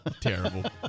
terrible